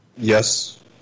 Yes